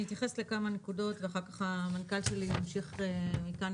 אני אתייחס לכמה נקודות ואחר כך המנכ"ל שלי ימשיך מכאן,